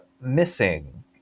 missing